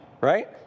right